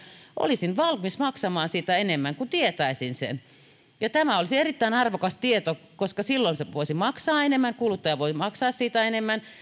olisin valmis maksamaan siitä enemmän kun tietäisin sen tämä olisi erittäin arvokas tieto koska silloin se voisi maksaa enemmän kuluttaja voi maksaa siitä enemmän